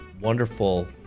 wonderful